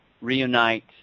reunite